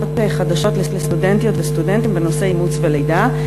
חדשות לסטודנטיות וסטודנטים בנושא אימוץ ולידה.